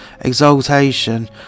Exaltation